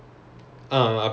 பாடுறதில்லையா:paadurathillaiyaa